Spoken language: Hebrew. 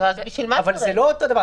אבל זה לא אותו דבר.